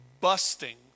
busting